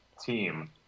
team